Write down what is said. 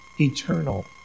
eternal